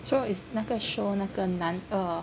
so it's 那个 show 那个男